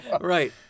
Right